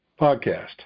podcast